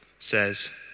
Says